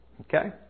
Okay